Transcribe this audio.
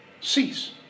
cease